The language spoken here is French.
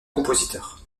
compositeur